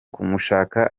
kumushaka